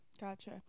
Gotcha